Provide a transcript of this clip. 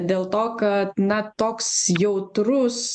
dėl to kad na toks jautrus